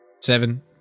Seven